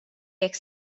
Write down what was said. jekk